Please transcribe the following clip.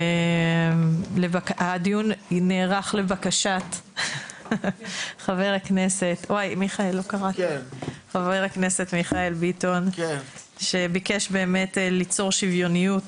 הדיון נערך לבקשת חבר הכנסת מיכאל ביטון שביקש ליצור שוויוניות